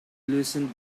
loosened